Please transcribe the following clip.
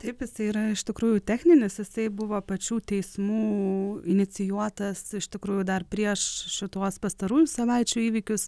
taip jis yra iš tikrųjų techninis jisai buvo pačių teismų inicijuotas iš tikrųjų dar prieš šituos pastarųjų savaičių įvykius